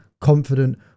confident